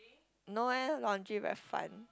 no eh laundry very fun